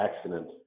accident